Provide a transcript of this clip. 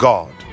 God